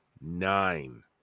nine